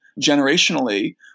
generationally